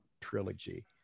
trilogy